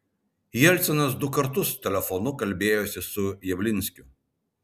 jelcinas du kartus telefonu kalbėjosi su javlinskiu